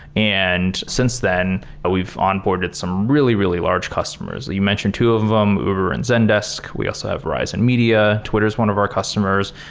and since then, but we've onboarded some really, really large customers. you mention two of them, uber and zendesk. we also have risen media. twitter is one of our customers.